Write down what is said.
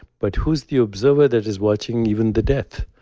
but who's the observer that is watching even the death?